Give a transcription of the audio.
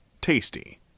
tasty